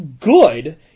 good